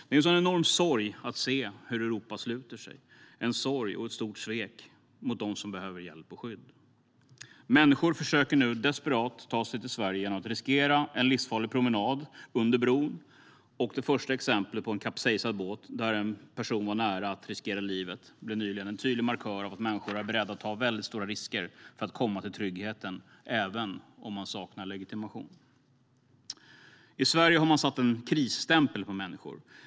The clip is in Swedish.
Det är en sorg och ett stort svek mot dem som behöver hjälp och skydd. Människor försöker nu desperat ta sig till Sverige genom att riskera att ta en livsfarlig promenad under bron. Det första exemplet på en kapsejsad båt där en person var nära att riskera livet blev nyligen en tydlig markör för att människor är beredda att ta väldigt stora risker för att komma till tryggheten, även om de saknar legitimation. I Sverige har man satt en krisstämpel på människor.